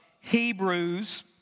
Hebrews